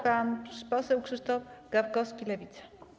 Pan poseł Krzysztof Gawkowski, Lewica.